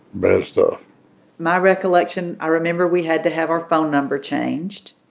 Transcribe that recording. bad stuff my recollection i remember we had to have our phone number changed.